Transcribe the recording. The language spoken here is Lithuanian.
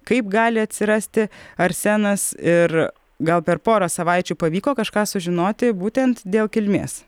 kaip gali atsirasti arsenas ir gal per porą savaičių pavyko kažką sužinoti būtent dėl kilmės